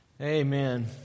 Amen